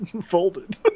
folded